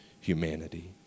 humanity